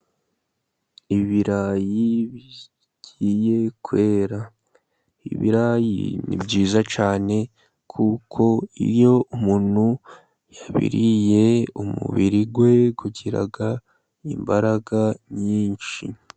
Ibirayi bigiye kwera. Ibirayi ni byiza cyane, kuko iyo umuntu yabiriye umubiri we ugira imbaraga nyinshi.